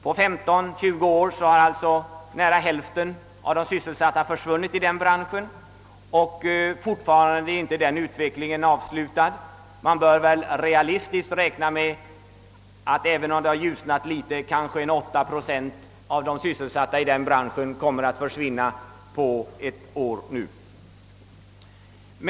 På 15—20 år har alltså nära hälften av de sysselsatta i den branschen försvunnit. Och utvecklingen där är ännu inte avslutad. även om det väl nu har ljusnat litet bör man ändå realistiskt räkna med att omkring 8 procent ytterligare av de i textilbranschen sysselsatta kommer att försvinna under det närmaste året.